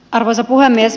arvoisa puhemies